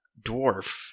dwarf